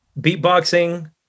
beatboxing